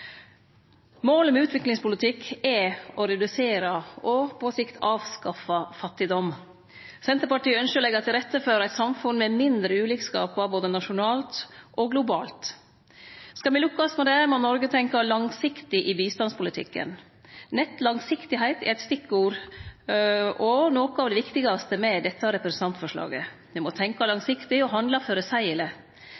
Målet med utviklingspolitikk er å redusere og på sikt avskaffe fattigdom. Senterpartiet ønskjer å leggje til rette for eit samfunn med mindre ulikskap, både nasjonalt og globalt. Skal me lukkast med det, må Noreg tenkje langsiktig i bistandspolitikken. Langsiktigheit er eit stikkord – og noko av det viktigaste med dette representantforslaget. Me må